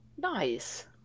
Nice